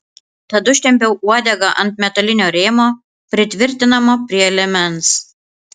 tad užtempiau uodegą ant metalinio rėmo pritvirtinamo prie liemens